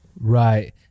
right